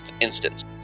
instance